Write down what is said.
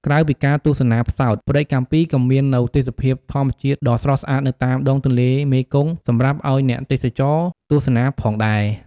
ក្រៅពីការទស្សនាផ្សោត ព្រែកកាំពីក៏មាននូវទេសភាពធម្មជាតិដ៏ស្រស់ស្អាតនៅតាមដងទន្លេមេគង្គសម្រាប់អោយអ្នកទេសចរណ៍ទស្សនាផងដែរ ។